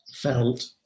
felt